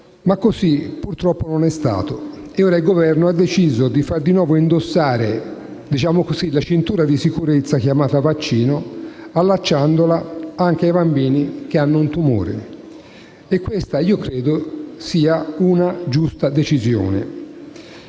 Ma così purtroppo non è stato, e ora il Governo ha deciso di far di nuovo indossare la «cintura di sicurezza» chiamata vaccino, allacciandola anche ai bambini che hanno un tumore. E questa, io credo, sia una giusta decisione.